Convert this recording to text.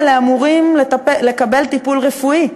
האסירים האלה אמורים לקבל טיפול רפואי,